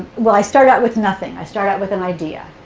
well, i start out with nothing. i start out with an idea.